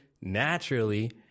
naturally